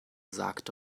sagt